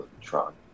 Tron